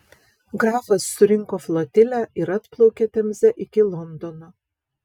grafas surinko flotilę ir atplaukė temze iki londono